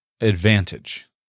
advantage